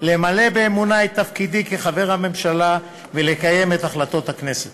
למלא באמונה את תפקידי כחבר הממשלה ולקיים את החלטות הכנסת.